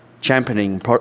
championing